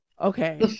okay